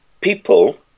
people